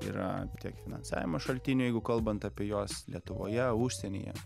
yra tiek finansavimo šaltinių jeigu kalbant apie juos lietuvoje užsienyje